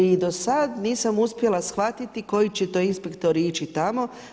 I do sad nisam uspjela shvatiti koji će to inspektori ići tamo.